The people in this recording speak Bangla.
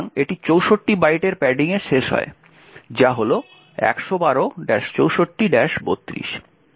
সুতরাং এটি 64 বাইটের প্যাডিং এ শেষ হয় যা হল 112 64 32